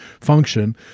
function